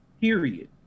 Period